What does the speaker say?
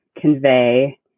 convey